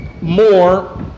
more